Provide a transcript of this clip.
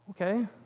Okay